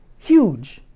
huge?